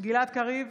גלעד קריב,